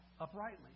uprightly